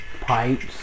Pipes